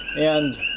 and